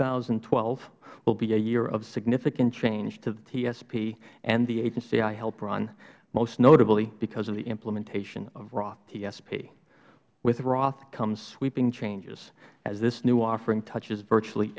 thousand and twelve will be a year of significant change to the tsp and the agency i help run most notably because of the implementation of roth tsp with roth comes sweeping changes as this new offering touches virtually